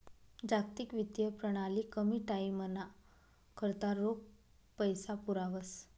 जागतिक वित्तीय प्रणाली कमी टाईमना करता रोख पैसा पुरावस